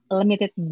limited